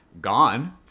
gone